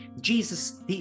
Jesus